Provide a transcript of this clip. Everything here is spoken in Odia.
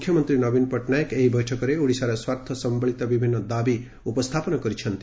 ମୁଖ୍ୟମନ୍ତୀ ନବୀନ ପଟ୍ଟନାୟକ ଏହି ବୈଠକରେ ଓଡ଼ିଶାର ସ୍ୱାର୍ଥ ସମ୍ମଳିତ ବିଭିନ୍ନ ଦାବି ଉପସ୍ଥାପନ କରିଛନ୍ତି